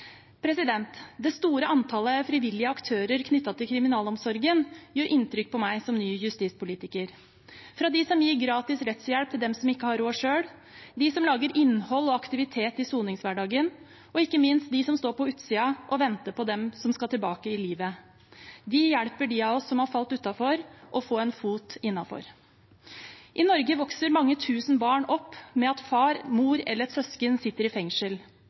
Det store antallet frivillige aktører knyttet til kriminalomsorgen gjør inntrykk på meg som ny justispolitiker – fra dem som gir gratis rettshjelp, til dem som ikke har råd selv, de som lager innhold og aktivitet i soningshverdagen, og ikke minst de som står på utsiden og venter på dem som skal tilbake til livet. De hjelper dem av oss som har falt utenfor, til å få en fot innenfor. I Norge vokser mange tusen barn opp med at far, mor eller søsken sitter i fengsel.